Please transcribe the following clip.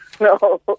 No